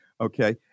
Okay